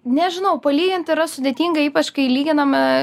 nežinau palygint yra sudėtinga ypač kai lyginame